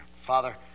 Father